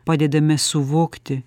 padedame suvokti